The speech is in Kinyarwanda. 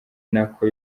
nako